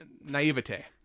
naivete